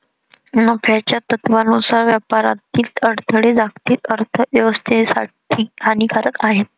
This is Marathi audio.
नफ्याच्या तत्त्वानुसार व्यापारातील अडथळे जागतिक अर्थ व्यवस्थेसाठी हानिकारक आहेत